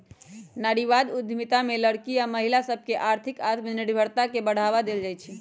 नारीवाद उद्यमिता में लइरकि आऽ महिला सभके आर्थिक आत्मनिर्भरता के बढ़वा देल जाइ छइ